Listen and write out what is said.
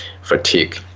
fatigue